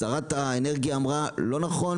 שרת האנרגיה אמרה: "לא נכון,